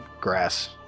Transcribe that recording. grass